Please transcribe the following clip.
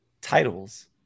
titles